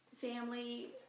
family